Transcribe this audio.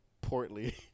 portly